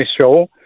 show